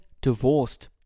divorced